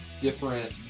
different